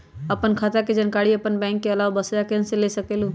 आपन खाता के जानकारी आपन बैंक के आलावा वसुधा केन्द्र से भी ले सकेलु?